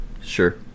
Sure